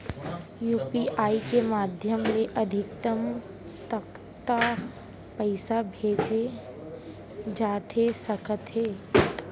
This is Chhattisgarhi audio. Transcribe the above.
यू.पी.आई के माधयम ले अधिकतम कतका पइसा भेजे जाथे सकत हे?